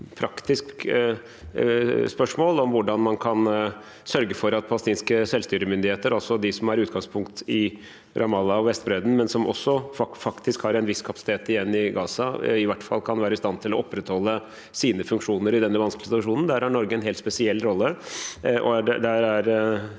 praktiske spørsmål om hvordan man kan sørge for at palestinske selvstyremyndigheter – altså de som har utgangspunkt i Ramallah og Vestbredden, men som faktisk også har en viss kapasitet igjen i Gaza – i hvert fall kan være i stand til å opprettholde sine funksjoner i denne vanskelige situasjonen. Der har Norge en helt spesiell rolle, og der er